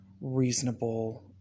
reasonable